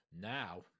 Now